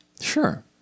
sure